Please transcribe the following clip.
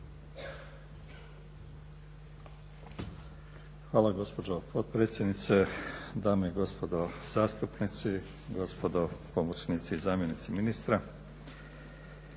Hvala gospođo potpredsjednice, dame i gospodo zastupnici, gospodo pomoćnici i zamjenici ministra.